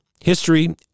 history